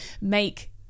make